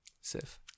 Sif